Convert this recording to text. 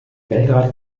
belgrad